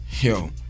yo